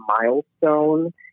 milestone